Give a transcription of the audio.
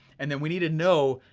and then we need to know